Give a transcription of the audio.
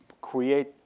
create